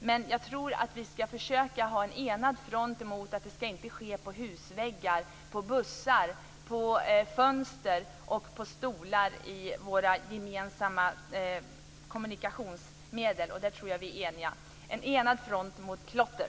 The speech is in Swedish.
Men jag tror att vi skall försöka ha en enad front i fråga om att det inte skall ske på husväggar, bussar, fönster och stolar i våra gemensamma kommunikationsmedel. Där tror jag att vi är eniga. En enad front mot klotter!